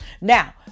Now